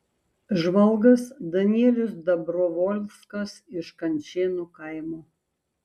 žvalgas danielius dabrovolskas iš kančėnų kaimo